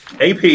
AP